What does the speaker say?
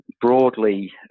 broadly